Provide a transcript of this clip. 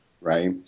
right